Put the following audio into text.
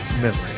memory